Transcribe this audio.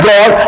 God